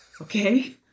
Okay